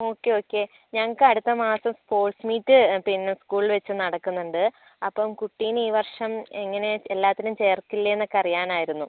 okay okay ഞങ്ങൾക്ക് അടുത്ത മാസം സ്പോർട്സ് മീറ്റ് പിന്നെ സ്കൂളിൽ വച്ച് നടക്കുന്നുണ്ട് അപ്പം കുട്ടീനെ ഈ വർഷം എങ്ങനെയാണ് എല്ലാത്തിനും ചേർക്കില്ലെയെന്നൊക്കെ അറിയാനാരുന്നു